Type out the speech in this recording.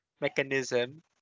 mechanism